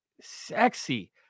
sexy